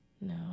No